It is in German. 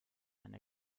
einer